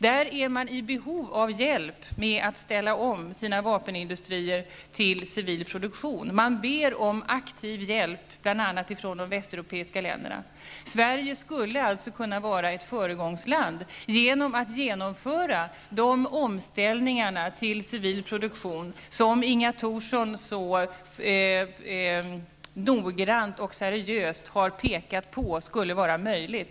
Där är man i behov av hjälp med att ställa om sina vapenindustrier till civil produktion. Man ber om aktiv hjälp, bl.a. från de västeuropeiska länderna. Sverige skulle alltså kunna vara ett föregångsland genom att genomföra de omställningar till civil produktion som Inga Thorson så noggrant och seriöst har pekat på skulle vara möjlig.